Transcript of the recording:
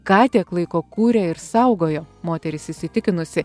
ką tiek laiko kūrė ir saugojo moteris įsitikinusi